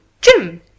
jim